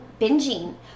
binging